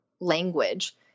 language